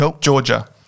Georgia